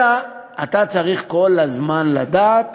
אלא אתה צריך כל הזמן לדעת